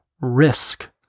risk